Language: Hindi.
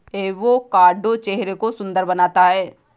एवोकाडो चेहरे को सुंदर बनाता है